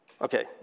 Okay